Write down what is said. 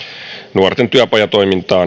nuorten työpajatoimintaa